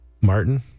Martin